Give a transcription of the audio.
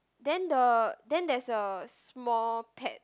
then the then there's a small pet